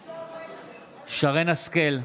בעד שרן מרים השכל,